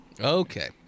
Okay